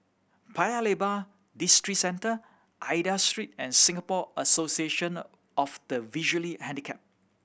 Paya Lebar Districentre Aida Street and Singapore Association of the Visually Handicapped